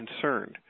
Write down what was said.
concerned